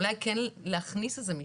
אולי כן להכניס איזה משפט,